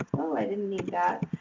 oh, i didn't need that